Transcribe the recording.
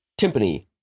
timpani